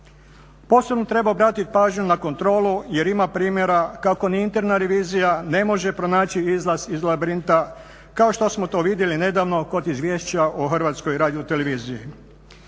Posebno treba obratit pažnju na kontrolu jer ima primjera ni interna revizija ne može pronaći izlaz iz labirinta, kao što smo to vidjeli nedavno kod izvješća o HRT-u. Sustav